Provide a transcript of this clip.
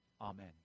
Amen